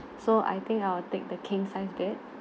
so I think I'll take the king size bed